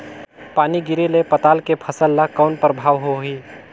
पानी गिरे ले पताल के फसल ल कौन प्रभाव होही?